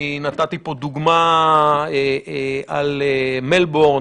אני נתתי פה דוגמה על מלבורן.